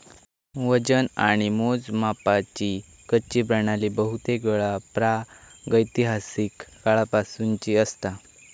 वजन आणि मोजमापाची कच्ची प्रणाली बहुतेकवेळा प्रागैतिहासिक काळापासूनची असता